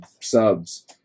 subs